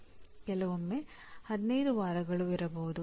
ಕೆಲವೊಮ್ಮೆ 15 ವಾರಗಳು ಇರಬಹುದು